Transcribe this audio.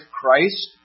Christ